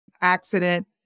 accident